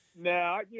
No